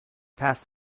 past